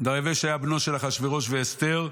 דריוש היה בנם של אחשוורוש ואסתר,